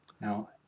Now